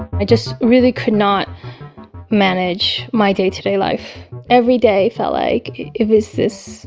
i just really could not manage my day to day life every day felt like it was this